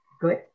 good